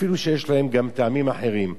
אפילו שיש להן גם טעמים אחרים.